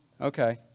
Okay